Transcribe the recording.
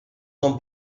son